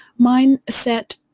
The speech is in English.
mindset